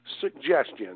suggestion